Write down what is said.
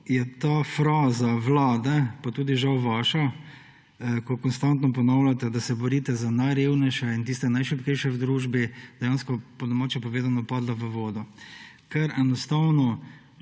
je ta fraza Vlade pa tudi žal vaša, ko konstantno ponavljate, da se borite za najrevnejše in tiste najšibkejše v družbi, dejansko po domače povedano, padla v vodo, ker enostavno